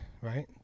right